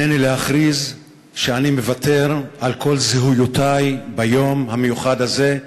הנני להכריז שאני מוותר על כל זהויותי ביום המיוחד הזה,